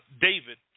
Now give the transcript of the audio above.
David